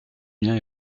julien